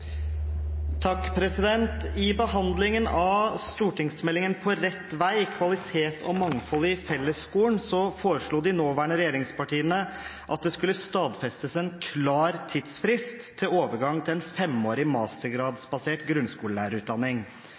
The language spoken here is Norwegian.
behandlingen av stortingsmeldingen På rett vei – Kvalitet og mangfold i fellesskolen, Meld. St. 20 for 2012–2013, foreslo de nåværende regjeringspartiene Høyre og Fremskrittspartiet at det skal stadfestes en klar tidsfrist for overgang til en femårig mastergradsbasert